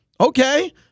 Okay